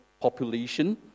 population